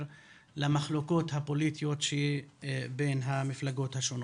למחלוקות הפוליטיות שבין המפלגות השונות.